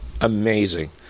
amazing